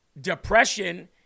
depression